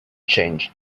changed